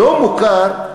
לא מוכר.